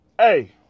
Hey